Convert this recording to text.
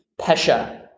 Pesha